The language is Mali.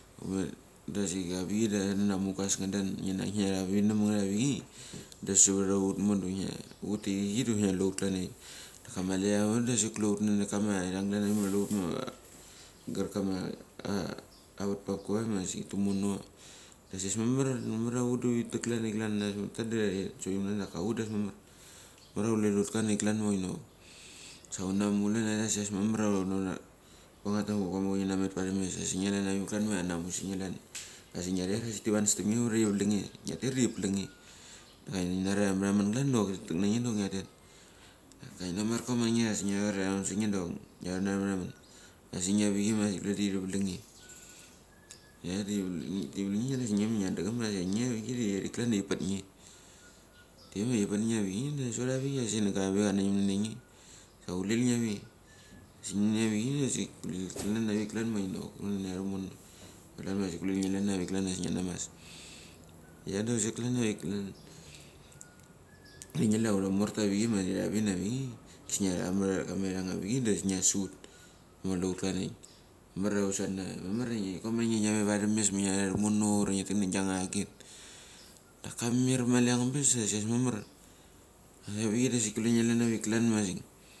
Asik abik da klan kinak tavinim nget avik da savara hut mo, hut techrichei kusnia kule hut klan deirik. Daka mali angabas da asik kule hut nanek kama vang klan avik kule hut galka avatpap kavap ma asik tumono. Da asik ambas mamar hunamar mamar hut da huritek klan da irik klan. Kivira da amarglemda dak hut da ambas mamar, mamaria kule hut klan avik klan avik ma inok sa una mu sik ambas mamar hunamet parames asik nge klan avik klan ma tanamuchinege klan. Asik ngiaret ditivanastemnge ura tiva lange ngeatair di tivalange daka ngi nari amaraman klan dok titeknange da ngia tet. Nginamar koma nge tamaramasinge da nga ronarava maraman asik nge avik da ia tivange asik nge ma ngia dechem, nge avik da tiarik klan da tupatnge. Te ma tipat nge avichei da sot avik asik ngaka kava kanangim iramnge sa kule nge ve. Asik nge avichei asik kule kla avik imono, klan avik klan mol inok kulel nge imono. Klanavik klan avik ngina mas. Ia da kusek klan avik klan. Dingi la hura morota mali tamat kama achrotki avichei kisnia tamet tamet kama irang abik tla kisnia suhut diva kule klan da irik. Manar ia husana, komange ngave varames ma ngiria tumo ura ngitak nagia ngagit. Da ka mirmali angabas sa sick ambas mamar. Klan avik da asik kulenge avik klan ma asik.